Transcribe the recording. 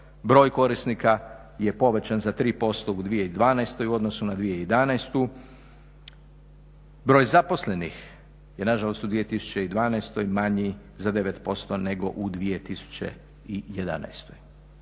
broj korisnika je povećan za 3% u 2012. u odnosu na 2011. Broj zaposlenih je nažalost u 2012. manji za 9% nego u 2011.